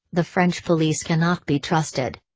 the french police cannot be trusted.